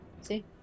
see